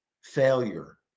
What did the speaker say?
failure